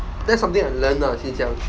that's something I've learnt lah since young